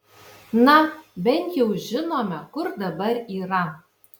na bent jau žinome kur dabar yra